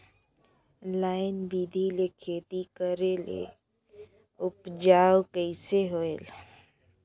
Line बिधी ले खेती करेले उपजाऊ कइसे होयल?